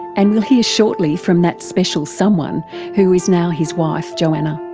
and we'll hear shortly from that special someone who is now his wife, joanna.